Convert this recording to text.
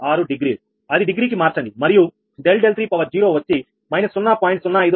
86 degree అది డిగ్రీకి మార్చండి మరియు ∆30వచ్చి −0